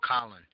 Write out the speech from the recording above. Colin